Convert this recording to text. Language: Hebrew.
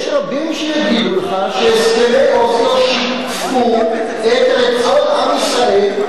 יש רבים שיגידו לך שהסכמי אוסלו שיקפו את רצון עם ישראל,